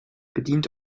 bedient